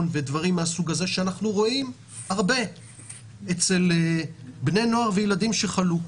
ודברים מהסוג הזה שרואים הרבה אצל בני נוער וילדים שחלו.